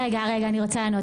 רגע, אני רוצה לענות.